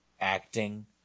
acting